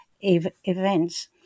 events